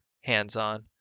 hands-on